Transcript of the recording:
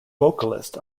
vocalist